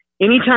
Anytime